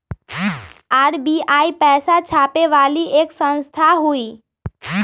RBI पैसा छापे वाली एक संस्था हई